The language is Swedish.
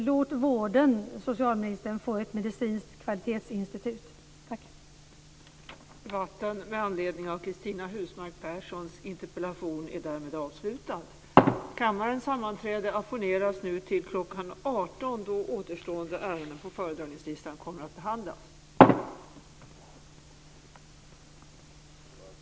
Låt vården få ett medicinskt kvalitetsinstitut, socialministern!